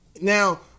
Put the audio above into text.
Now